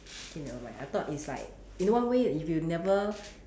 okay never mind I thought it's like you know one way if you never